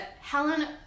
Helen